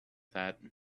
that